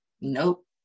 Nope